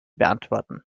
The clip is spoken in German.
beantworten